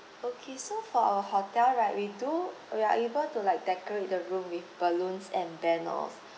okay so for our hotel right we do we are able to like decorate the room with balloons and banners